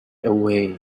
away